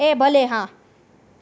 એ ભલે હા